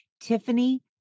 Tiffany